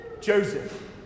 Joseph